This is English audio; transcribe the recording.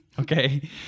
Okay